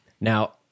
Now